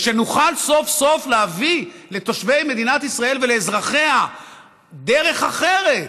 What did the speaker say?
ושנוכל סוף-סוף להביא לתושבי מדינת ישראל ולאזרחיה דרך אחרת,